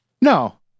No